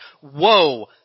whoa